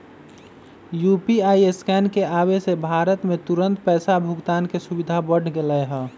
UPI scan के आवे से भारत में तुरंत पैसा भुगतान के सुविधा बढ़ गैले है